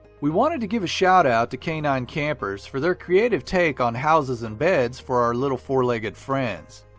we wanted to give a shout out to k nine campers for their creative take on houses and beds for our little four-legged friends.